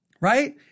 right